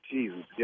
Jesus